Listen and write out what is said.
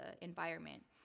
environment